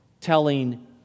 telling